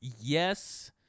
yes